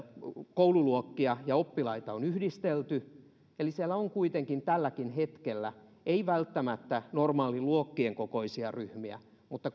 koululuokkia ja oppilaita on yhdistelty eli siellä ollaan kuitenkin tälläkin hetkellä ei välttämättä normaaliluokkien kokoisissa mutta